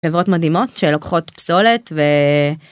חברות מדהימות שלוקחות פסולת ו..